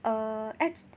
err act~